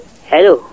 Hello